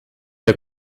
der